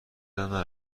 یادم